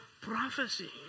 prophecy